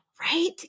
Right